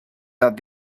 that